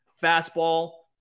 Fastball